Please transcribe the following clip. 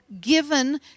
given